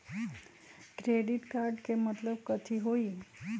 Credit card के मतलब कथी होई?